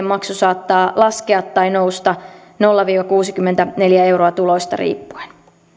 maksu saattaa laskea tai nousta nolla viiva kuusikymmentäneljä euroa tuloista riippuen